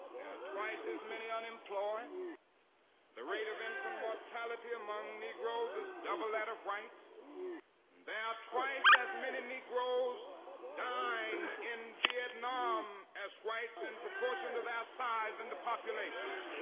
twice as many unemployed the rate of infant mortality among negroes is double that of whites and there are twice as many negroes dying in vietnam as whites in proportion to their size in the population.